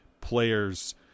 players